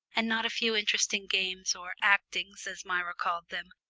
and not a few interesting games or actings, as myra called them,